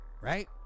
right